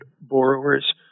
borrowers